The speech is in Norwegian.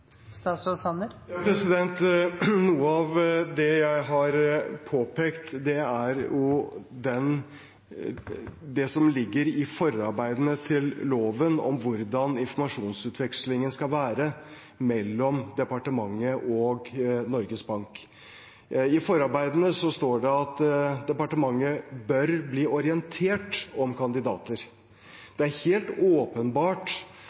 Noe av det jeg har påpekt, er det som ligger i forarbeidene til loven, om hvordan informasjonsutvekslingen skal være mellom departementet og Norges Bank. I forarbeidene står det at departementet bør bli orientert om kandidater. Det er helt åpenbart